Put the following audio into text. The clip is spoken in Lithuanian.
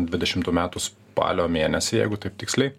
dvidešimtų metų spalio mėnesį jeigu taip tiksliai